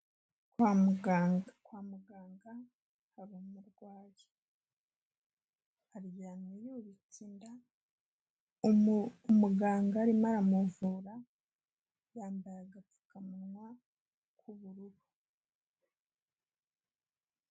Kwa muganga hari umurwayi, aryamye yubitse inda, umuganga arimo aramuvura, yambaye agapfukamunwa k'ubururu.